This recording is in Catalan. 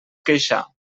queixar